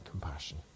compassion